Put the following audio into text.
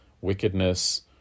wickedness